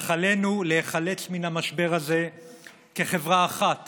אך עלינו להיחלץ מהמשבר הזה כחברה אחת